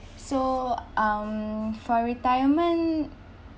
so um for retirement